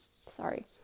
sorry